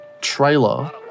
trailer